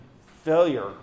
failure